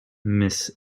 miss